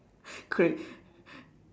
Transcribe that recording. cra~